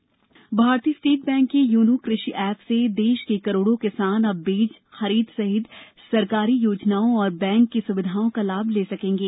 YONO Krishi app भारतीय State Bank के YONO Krishi app से देश के करोड़ों किसान अब बीज खरीद सहित सरकारी योजनाओं तथा बैंक की सुविधाओं का लाभ ले सकेंगे